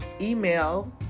email